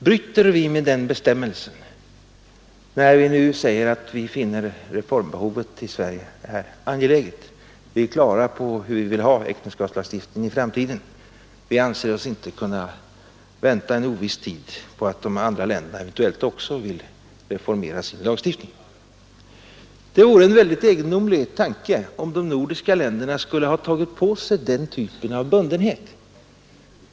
Bryter vi med den bestämmelsen, när vi nu säger att vi finner reformbehovet i Sverige så angeläget, att vi inte anser oss kunna vänta en oviss tid på att de andra nordiska länderna eventuellt också vill reformera sin lagstiftning? Det vore en väldigt egendomlig tanke, om de nordiska länderna skulle ha tagit på sig den typen av bundenhet.